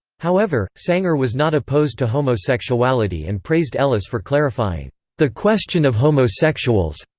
however, sanger was not opposed to homosexuality and praised ellis for clarifying the question of homosexuals.